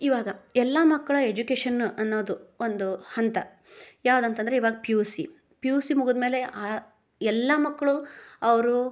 ಇವಾಗ ಎಲ್ಲ ಮಕ್ಕಳ ಎಜುಕೇಶನ್ ಅನ್ನೋದು ಒಂದು ಹಂತ ಯಾವ್ದಂತಂದರೆ ಇವಾಗ P U C P U C ಮುಗಿದ ಮೇಲೆ ಎಲ್ಲ ಮಕ್ಕಳು ಅವರು